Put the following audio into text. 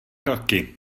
roky